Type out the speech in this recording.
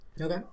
Okay